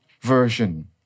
version